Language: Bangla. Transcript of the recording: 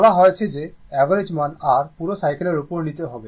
বলা হয়েছে যে অ্যাভারেজ মান r পুরো সাইকেলের উপর নিতে হবে